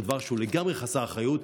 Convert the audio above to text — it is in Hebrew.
זה דבר שהוא לגמרי חסר אחריות.